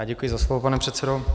Děkuji za slovo, pane předsedo.